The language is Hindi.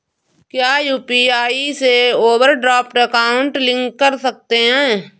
क्या यू.पी.आई से ओवरड्राफ्ट अकाउंट लिंक कर सकते हैं?